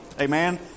Amen